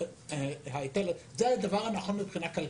זה הדבר הנכון כלכלית.